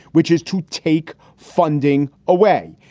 which is to take funding away.